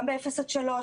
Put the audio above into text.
גם בגילאי לידה עד שלוש,